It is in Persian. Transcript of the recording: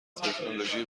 تکنولوژی